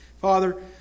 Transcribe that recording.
father